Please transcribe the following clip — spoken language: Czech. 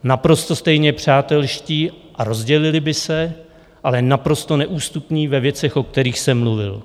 Naprosto stejně přátelští a rozdělili by se, ale naprosto neústupní ve věcech, o kterých jsem mluvil.